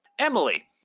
Emily